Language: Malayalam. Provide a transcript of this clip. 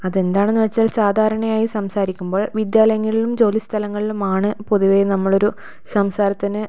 അതെന്താണെന്ന് വെച്ചാൽ സാധാരണയായി സംസാരിക്കുമ്പോൾ വിദ്യാലയങ്ങളിലും ജോലിസ്ഥലങ്ങളിലും ആണ് പൊതുവേ നമ്മളൊരു സംസാരത്തിന്